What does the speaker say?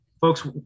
Folks